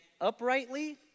uprightly